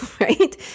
right